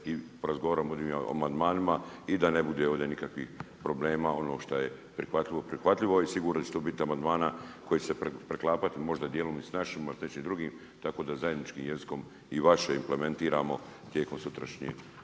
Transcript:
da porazgovaramo o amandmanima i da ne bude ovdje nikakvih problema, ono šta je prihvatljivo, prihvatljivo. I siguran sam da će to biti amandmana koji će se preklapati možda dijelom i s našima, možda s nečim drugim, tako da zajedničkim jezikom i vaše implementiramo tijekom sutrašnjeg